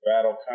Battle